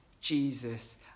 Jesus